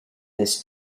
this